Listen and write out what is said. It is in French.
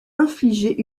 infliger